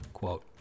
Quote